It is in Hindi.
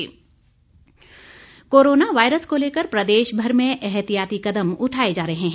कोरोना वायरस कोरोना वायरस को लेकर प्रदेशभर में ऐहतियाति कदम उठाए जा रहे हैं